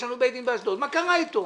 יש לנו בית דין באשדוד, מה קרה איתו?